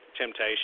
temptation